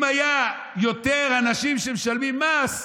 אם היו יותר אנשים שמשלמים מס,